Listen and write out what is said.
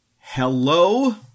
Hello